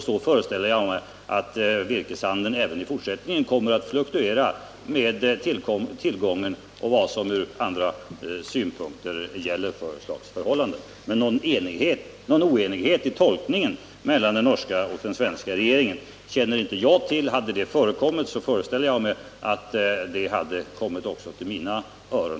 Så föreställer jag mig att virkeshandeln även i fortsättningen kommer att fluktuera med tillgången. Någon oenighet i tolkningen mellan den norska och den svenska regeringen känner inte jag till. Hade något sådant förekommit föreställer jag mig att det hade nått även mina öron.